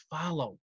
follow